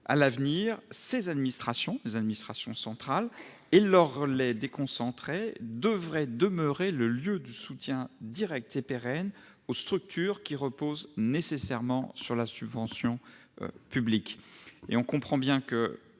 À l'avenir, ces administrations [centrales] et leurs relais déconcentrés devraient demeurer le lieu du soutien- direct et pérenne -aux structures qui reposent nécessairement sur la subvention publique. » On comprend bien que